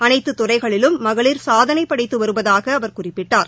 அனைத்துதுறைகளிலும் மகளிர் சாதனைபடைத்துவருவதாகஅவர் குறிப்பிட்டார்